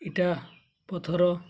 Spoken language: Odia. ଇଟା ପଥର